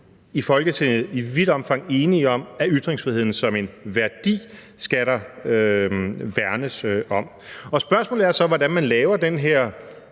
i Folketinget i vidt omfang enige om, at ytringsfriheden som en værdi skal der værnes om. Spørgsmålet er så, hvordan man laver den her